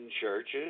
churches